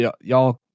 y'all